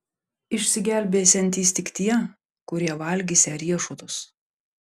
išsigelbėsiantys tik tie kurie valgysią riešutus